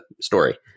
story